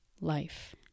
life